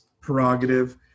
prerogative